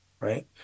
Right